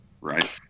Right